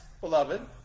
beloved